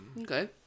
Okay